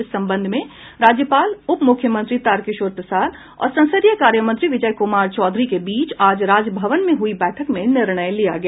इस संबंध में राज्यपाल उपमुख्यमंत्री तारकिशोर प्रसाद और संसदीय कार्य मंत्री विजय क्मार चौधरी के बीच आज राजभवन में हई बैठक में निर्णय किया गया